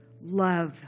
love